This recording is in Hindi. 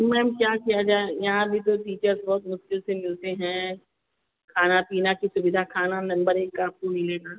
मैम क्या किया जाए यहाँ भी तो टीचर्स बहुत मुश्किल से मिलते हैं खाने पीने की सुविधा खाना नम्बर एक का आपको मिलेगा